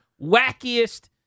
wackiest